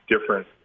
different